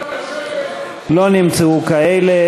לא נמצאו כאלה.